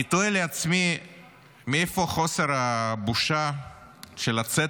אני תוהה לעצמי מאיפה חוסר הבושה לצאת